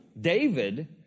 David